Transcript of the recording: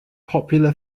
popular